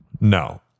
No